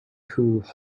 whose